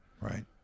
right